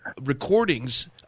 recordings